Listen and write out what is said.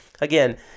again